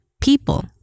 People